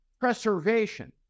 preservation